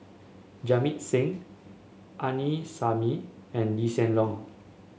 Jamit Singh Aini Salim and Lee Hsien Loong